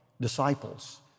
disciples